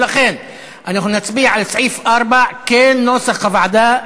לכן אנחנו נצביע על סעיף 4 כנוסח הוועדה,